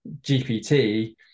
GPT